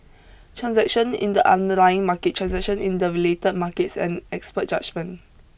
transaction in the underlying market transaction in the related markets and expert judgement